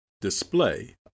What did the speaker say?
display